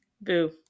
Boo